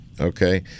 Okay